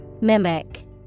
Mimic